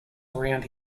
around